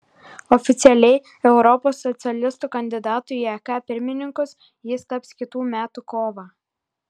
oficialiai europos socialistų kandidatu į ek pirmininkus jis taps kitų metų kovą